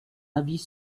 avis